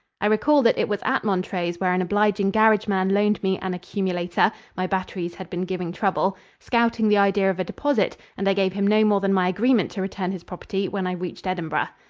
i recall that it was at montrose where an obliging garage man loaned me an accumulator my batteries had been giving trouble scouting the idea of a deposit, and i gave him no more than my agreement to return his property when i reached edinburgh.